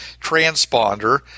transponder